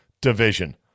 division